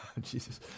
Jesus